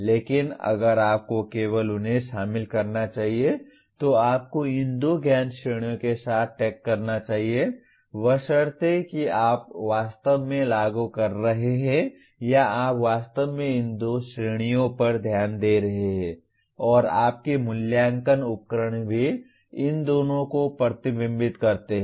लेकिन अगर आपको केवल उन्हें शामिल करना चाहिए तो आपको इन दो ज्ञान श्रेणियों के साथ टैग करना चाहिए बशर्ते कि आप वास्तव में लागू कर रहे हैं या आप वास्तव में इन दो श्रेणियों पर ध्यान दे रहे हैं और आपके मूल्यांकन उपकरण भी इन दोनों को प्रतिबिंबित करते हैं